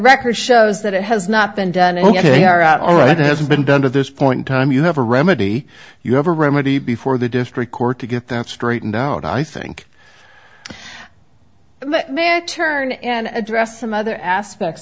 record shows that it has not been done ok are out all right hasn't been done at this point in time you have a remedy you have a remedy before the district court to get that straightened out i think it may turn and address some other aspects